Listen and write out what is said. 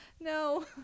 no